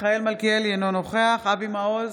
מיכאל מלכיאלי, אינו נוכח אבי מעוז,